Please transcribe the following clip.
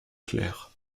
clair